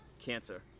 cancer